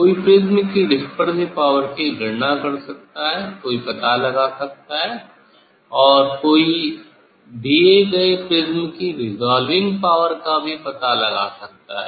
कोई प्रिज्म की dispersive power की गणना कर सकता है कोई पता लगा सकता है और कोई दिए गए प्रिज्म की रेसोल्विंग पावर का भी पता लगा सकता है